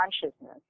consciousness